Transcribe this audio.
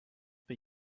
but